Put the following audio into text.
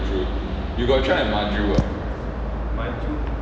you got try at maju ah